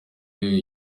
uyu